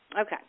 okay